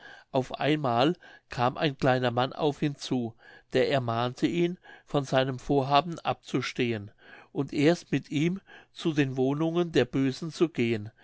auf einmal kam ein kleiner mann auf ihn zu der ermahnte ihn von seinem vorhaben abzustehen und erst mit ihm zu den wohnungen der bösen zu gehen